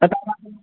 हँ तऽ